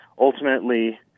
Ultimately